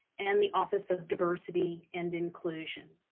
and the office of diversity and inclusion.